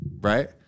right